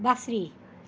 بصری